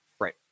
Right